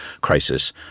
crisis